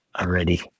already